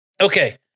okay